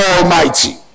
Almighty